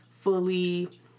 fully